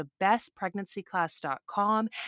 thebestpregnancyclass.com